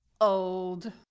old